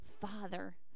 Father